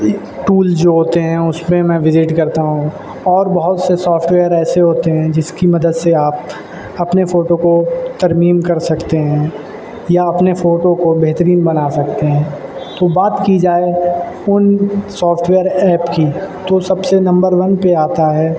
tools جو ہوتے ہیں اس میں میں وزٹ کرتا ہوں اور بہت سے سافٹویئر ایسے ہوتے ہیں جس کی مدد سے آپ اپنے فوٹو کو ترمیم کر سکتے ہیں یا اپنے فوٹو کو بہترین بنا سکتے ہیں تو بات کی جائے ان سافٹویئر ایپ کی تو سب سے نمبر ون پہ آتا ہے